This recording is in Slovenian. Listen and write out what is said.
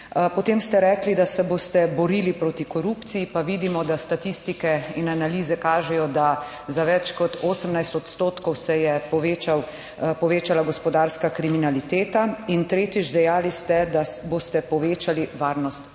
Potem ste rekli, da se boste borili proti korupciji pa vidimo, da statistike in analize kažejo, da za več kot 18 odstotkov se je povečal povečala gospodarska kriminaliteta. In tretjič, dejali ste, da boste povečali varnost državljanov.